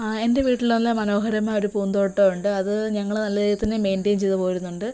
ആ എൻ്റെ വീട്ടിൽ നല്ല മനോഹരമായ ഒരു പൂന്തോട്ടം ഉണ്ട് അത് ഞങ്ങള് നല്ല രീതിയിൽ തന്നെ മെയിൻ്റെയിൻ ചെയ്ത് പോരുന്നുണ്ട്